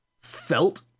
felt